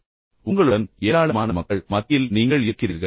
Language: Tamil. எனவே உங்களுடன் ஏராளமான மக்கள் மத்தியில் நீங்கள் இருக்கிறீர்கள்